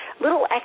little